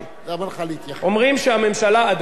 אומרים שהממשלה הזאת סותמת פיות.